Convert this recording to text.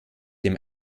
dem